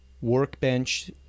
workbench